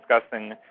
discussing